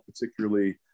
particularly